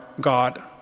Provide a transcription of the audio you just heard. God